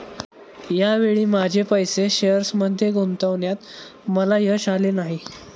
या वेळी माझे पैसे शेअर्समध्ये गुंतवण्यात मला यश आले नाही